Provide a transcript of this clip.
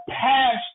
passed